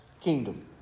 kingdom